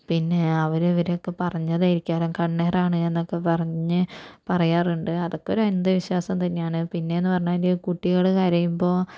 പിന്നേ അവര് ഇവരൊക്കെ പറഞ്ഞതായിരിക്കും മിക്കവാറും കണ്ണേറാണ് എന്നൊക്കെ പറഞ്ഞ് പറയാറുണ്ട് അതൊക്കെ ഒരു അന്ധവിശ്വാസം തന്നെയാണ് പിന്നെന്ന് പറഞ്ഞാല് കുട്ടികള് കരയുമ്പോൾ